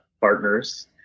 partners